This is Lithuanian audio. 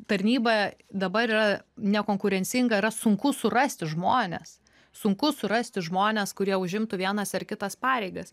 tarnyba dabar yra nekonkurencinga yra sunku surasti žmones sunku surasti žmones kurie užimtų vienas ar kitas pareigas